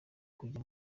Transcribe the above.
kujya